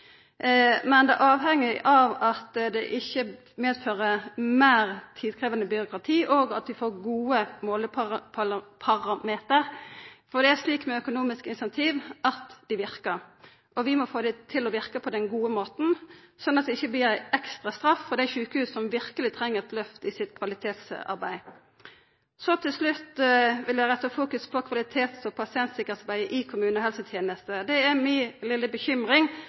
Men det avheng av at det ikkje medfører meir tidkrevjande byråkrati, og at vi får gode måleparameterar. For det er slik med økonomiske incentiv at dei verkar, og vi må få dei til å verka på den gode måten, slik at det ikkje blir ei ekstra straff for dei sjukehusa som verkeleg treng eit løft i kvalitetsarbeidet sitt. Til slutt vil eg retta fokus på kvalitet og pasientsikkerheitsarbeidet i kommunehelsetenesta. Det er mi litle bekymring